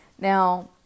Now